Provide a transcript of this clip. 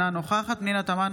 אינה נוכחת פנינה תמנו,